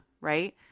Right